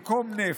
במקום נפט.